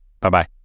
Bye-bye